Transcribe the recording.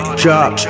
drop